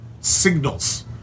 signals